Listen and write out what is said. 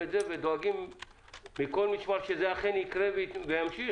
את זה ודואגים מכל משמר שזה אכן יקרה וימשיך.